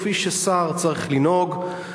כפי ששר צריך לנהוג,